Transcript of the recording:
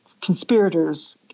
conspirators